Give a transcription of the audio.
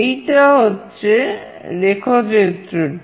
এইটা হচ্ছে রেখ চিত্রটি